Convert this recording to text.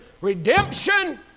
redemption